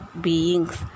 beings